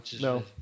no